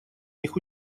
них